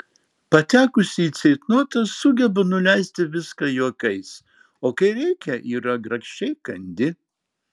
patekusi į ceitnotą sugeba nuleisti viską juokais o kai reikia yra grakščiai kandi